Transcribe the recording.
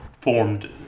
formed